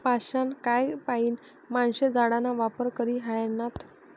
पाषाणकाय पाईन माणशे जाळाना वापर करी ह्रायनात